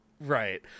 right